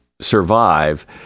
survive